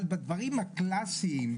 אבל בדברים הקלאסיים,